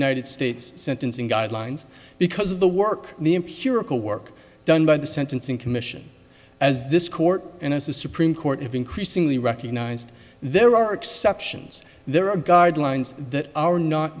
united states sentencing guidelines because of the work in the imperial work done by the sentencing commission as this court and as the supreme court increasingly recognized there are exceptions there are guidelines that are not